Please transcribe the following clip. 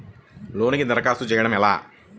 లోనుకి దరఖాస్తు చేయడము ఎలా?